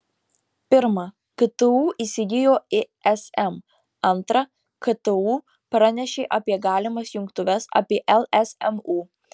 pirma ktu įsigijo ism antra ktu pranešė apie galimas jungtuves apie lsmu